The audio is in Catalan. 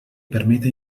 permeta